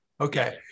okay